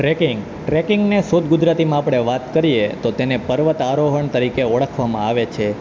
tracking ટ્રેકીંગને શુદ્ધ ગુજરાતીમાં આપણે વાત કરીએ તો તેને પર્વતારોહણ તરીકે ઓળખવામાં આવે છે